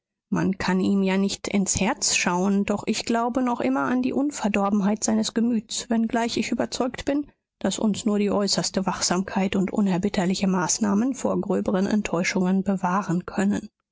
man kann ihm ja nicht ins herz schauen doch ich glaube noch immer an die unverdorbenheit seines gemüts wenngleich ich überzeugt bin daß uns nur die äußerste wachsamkeit und unerbittliche maßnahmen vor gröberen enttäuschungen bewahren können